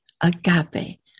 agape